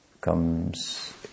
comes